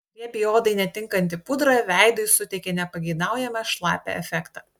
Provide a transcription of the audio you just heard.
riebiai odai netinkanti pudra veidui suteikia nepageidaujamą šlapią efektą